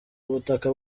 butaka